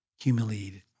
humiliated